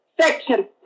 Section